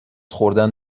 خوردن